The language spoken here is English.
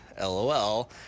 LOL